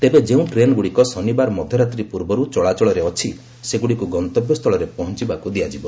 ତେବେ ଯେଉଁ ଟ୍ରେନ୍ଗୁଡ଼ିକ ଶନିବାର ମଧ୍ୟରାତ୍ରୀ ପୂର୍ବରୁ ଚଳାଚଳରେ ଅଛି ସେଗୁଡ଼ିକୁ ଗନ୍ତବ୍ୟ ସ୍ଥଳରେ ପହଞ୍ଚବାକୁ ଦିଆଯିବ